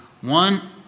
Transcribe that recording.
one